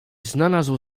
znalazł